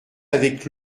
avec